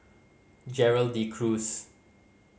Gerald De Cruz